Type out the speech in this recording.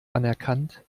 anerkannt